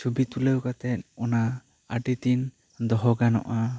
ᱪᱷᱚᱵᱤ ᱛᱩᱞᱟᱹᱣ ᱠᱟᱛᱮᱜ ᱚᱱᱟ ᱟᱹᱰᱤ ᱫᱤᱱ ᱫᱚᱦᱚ ᱜᱟᱱᱚᱜᱼᱟ